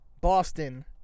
Boston